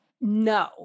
No